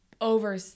over